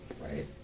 Right